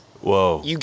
Whoa